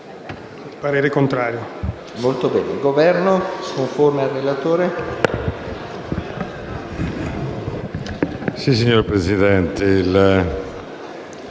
parere contrario.